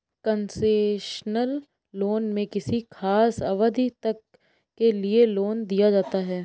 concessional loan में किसी खास अवधि तक के लिए लोन दिया जाता है